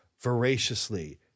voraciously